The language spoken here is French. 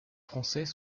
français